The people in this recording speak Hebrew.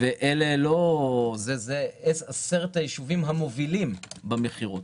אלה עשרת הישובים המובילים במכירות.